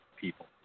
people